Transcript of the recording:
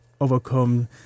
overcome